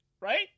Right